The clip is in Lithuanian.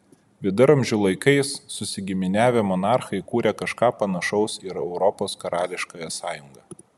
viduramžių laikais susigiminiavę monarchai kūrė kažką panašaus į europos karališkąją sąjungą